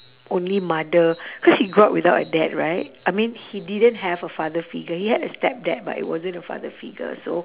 only mother cause he grew up without a dad right I mean he didn't have a father figure he had a stepdad but it wasn't a father figure so